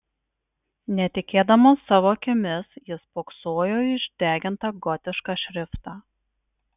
netikėdamas savo akimis jis spoksojo į išdegintą gotišką šriftą